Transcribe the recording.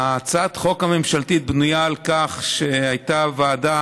הצעת החוק הממשלתית בנויה על כך שהייתה ועדה